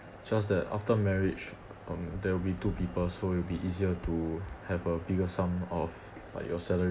just that after marriage um there will be two people so will be easier to have a bigger sum of like your salary